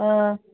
ꯑꯥ